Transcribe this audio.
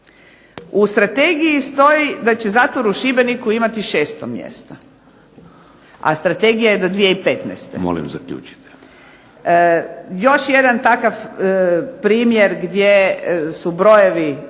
U Strategiji stoji da će zatvor u Šibeniku imati 600 mjesta, a Strategija je do 2015. .../Upadica Šeks: Molim zaključite./... Još jedan takav primjer gdje su brojevi